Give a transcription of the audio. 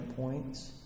points